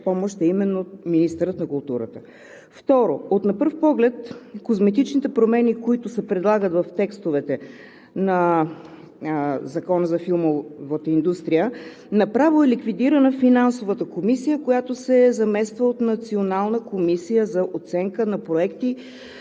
помощ, а именно министърът на културата. Второ, на пръв поглед от козметичните промени, които се предлагат в текстовете на Закона за филмовата индустрия, направо е ликвидирана Финансовата комисия, която се замества от Националната комисия за оценка на проекти,